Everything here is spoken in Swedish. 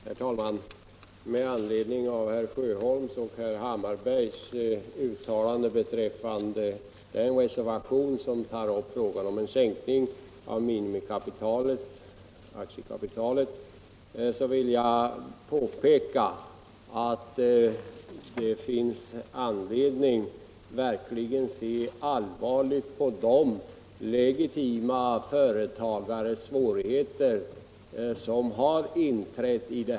Herr talman! Med anledning av herr Sjöholms och herr Hammarbergs uttalanden beträffande den reservation som tar upp frågan om en sänkning av minimiaktiekapitalet vill jag påpeka, att det finns anledning att verkligen se allvarligt på de svårigheter för legitima företagare som har inträtt.